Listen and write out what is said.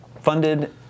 funded